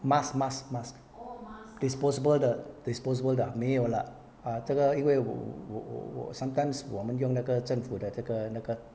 mask mask mask disposable 的 disposable 的没有了啊这个因为我我我 sometimes 我们用那个政府的这个那个